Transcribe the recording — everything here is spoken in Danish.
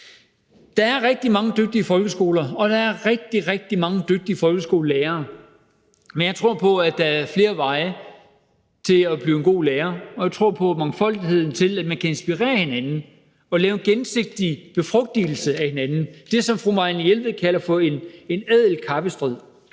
Der er rigtig mange dygtige folkeskoler, og der er rigtig, rigtig mange dygtige folkeskolelærere, men jeg tror på, at der er flere veje til at blive en god lærer, og jeg tror på mangfoldigheden og på, at man kan inspirere hinanden og lave en gensidig befrugtning af hinanden – det, som fru Marianne Jelved kalder en ædel kappestrid.